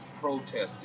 protesting